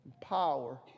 power